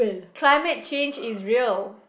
climate change is real